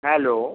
hello